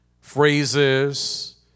phrases